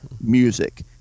music